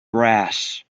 brass